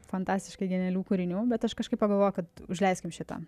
fantastiškai genialių kūrinių bet aš kažkaip pagalvojau kad užleiskim šitą